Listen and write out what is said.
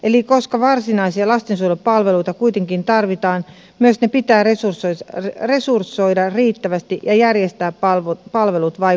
eli koska varsinaisia lastensuojelupalveluita kuitenkin tarvitaan ne pitää myös resursoida riittävästi ja järjestää palvelut vaikuttavasti